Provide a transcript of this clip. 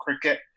cricket